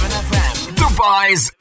Dubai's